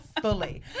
fully